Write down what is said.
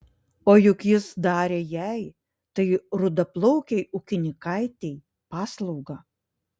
o juk jis darė jai tai rudaplaukei ūkininkaitei paslaugą